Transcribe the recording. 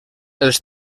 els